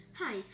Hi